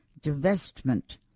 divestment